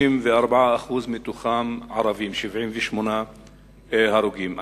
34% מתוכם ערבים, 78 הרוגים.